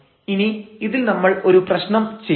ഇനി ഇതിൽ നമ്മൾ ഒരു പ്രശ്നം ചെയ്യാം